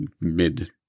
mid